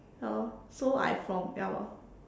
ya lor so I from ya lor